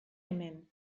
hemen